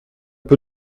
peu